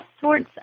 sorts